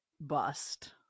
bust